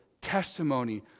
testimony